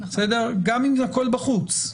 גם אם זה הכול בחוץ,